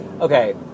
Okay